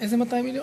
איזה 200 מיליון?